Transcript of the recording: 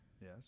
Yes